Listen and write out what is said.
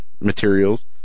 materials